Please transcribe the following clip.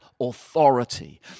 authority